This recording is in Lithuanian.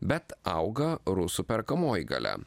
bet auga rusų perkamoji galia